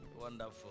Wonderful